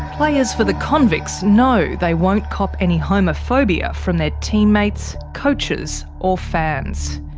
players for the convicts know they won't cop any homophobia from their teammates, coaches, or fans.